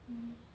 mm